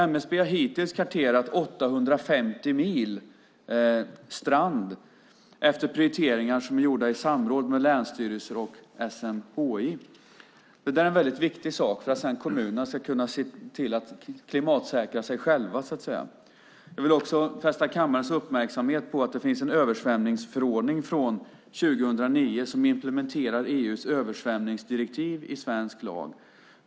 MSB har hittills karterat 850 mil strand efter prioriteringar som är gjorda i samråd med länsstyrelser och SMHI. Det är en väldigt viktig sak för att kommunerna sedan ska kunna se till att klimatsäkra sig själva, så att säga. Jag vill också fästa kammarens uppmärksamhet på att det finns en översvämningsförordning från 2009 som implementerar EU:s översvämningsdirektiv i svensk lag.